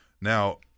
Now